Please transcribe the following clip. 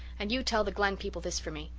and you tell the glen people this for me.